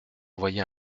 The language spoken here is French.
envoyé